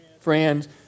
friends